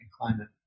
climate